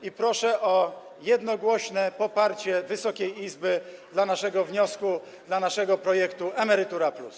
I proszę o jednogłośne poparcie Wysokiej Izby dla naszego wniosku, dla naszego projektu „Emerytura+”